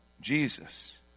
Jesus